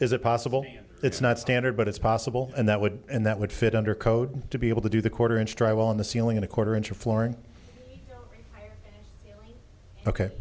is it possible it's not standard but it's possible and that would and that would fit under code to be able to do the quarter inch drive on the ceiling and a quarter inch of flooring ok